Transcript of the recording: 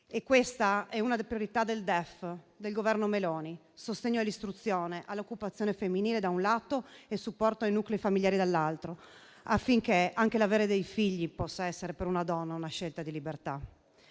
Questa è una delle priorità del DEF del Governo Meloni: sostegno all'istruzione e all'occupazione femminile, da un lato, e supporto ai nuclei familiari dall'altro, affinché anche avere dei figli possa essere per una donna una scelta di libertà.